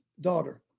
daughter